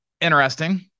interesting